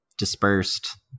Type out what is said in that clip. dispersed